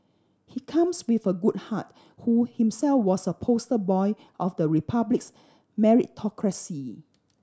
he comes with a good heart who himself was a poster boy of the Republic's meritocracy